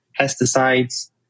pesticides